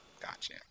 Gotcha